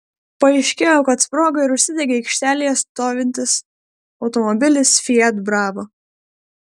paaiškėjo kad sprogo ir užsidegė aikštelėje stovintis automobilis fiat bravo